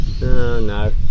no